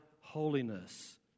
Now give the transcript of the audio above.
holiness